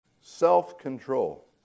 self-control